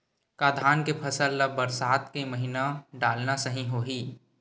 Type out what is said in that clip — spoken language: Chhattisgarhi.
का धान के फसल ल बरसात के महिना डालना सही होही?